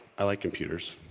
i like computers,